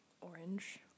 orange